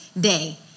day